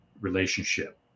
relationship